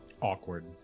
Awkward